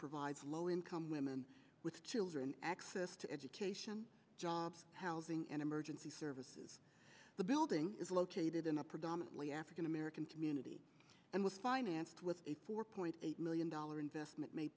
provides low income women with children access to education jobs housing and emergency services the building is located in a predominately african american community and was financed with a four point eight million dollar investment ma